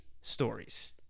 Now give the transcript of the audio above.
stories